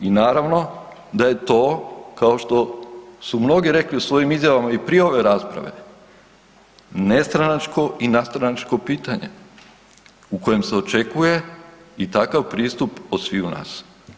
I naravno da je to kao što su mnogi rekli u svojim izjavama i prije ove rasprave nestranačko i nadstranačko pitanje u kojem se očekuje i takav pristup od sviju nas.